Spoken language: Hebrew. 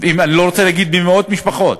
משפחות, אני לא רוצה להגיד במאות משפחות.